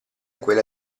quelle